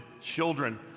children